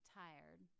tired